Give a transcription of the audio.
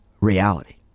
reality